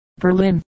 Berlin